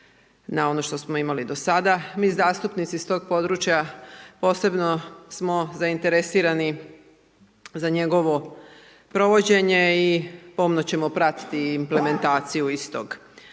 na ono što smo imali do sada. Mi zastupnici iz tog područja posebno smo zainteresirani za njegovo provođenje i pomno ćemo pratiti implementaciju istog.